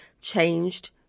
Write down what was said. changed